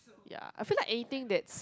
ya I feel like anything that's